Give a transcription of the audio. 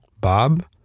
Bob